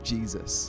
Jesus